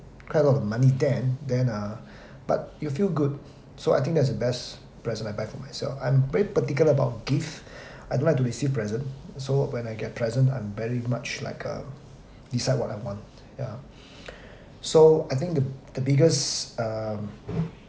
quite a lot of money then then uh but you feel good so I think that's the best present I buy for myself I'm very particular about gift I don't like to receive present so when I get present I'm very much like uh decide what I want ya so I think the the biggest um